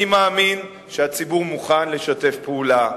אני מאמין שהציבור מוכן לשתף פעולה.